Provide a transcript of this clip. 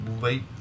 late